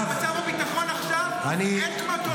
בכלל, מצב הביטחון עכשיו, אין כמותו.